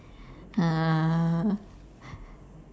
uh